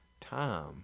time